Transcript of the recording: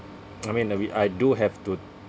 I mean that we I do have to